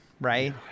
right